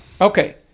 Okay